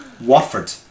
Watford